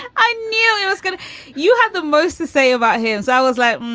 i knew he was good. you had the most to say about hands. i was like,